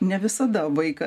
ne visada vaiką